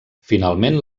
finalment